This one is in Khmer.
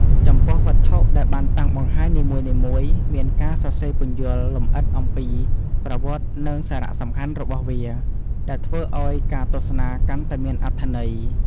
ចំពោះវត្ថុដែលបានតាំងបង្ហាញនីមួយៗមានការសរសេរពន្យល់លម្អិតអំពីប្រវត្តិនិងសារៈសំខាន់របស់វា ដែលធ្វើឲ្យការទស្សនាកាន់តែមានអត្ថន័យ។